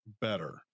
better